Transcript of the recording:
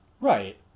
Right